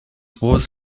was